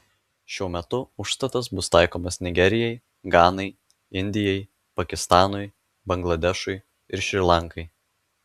šiuo metu užstatas bus taikomas nigerijai ganai indijai pakistanui bangladešui ir šri lankai